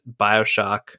bioshock